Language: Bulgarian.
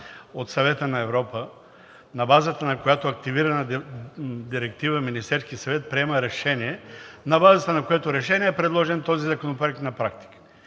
от Съвета на Европа, на базата на която активирана директива Министерският съвет приема решение, на базата на което решение е предложен този законопроект на практика.